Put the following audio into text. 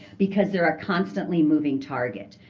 because they're a constantly moving target.